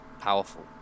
powerful